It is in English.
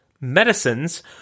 Medicines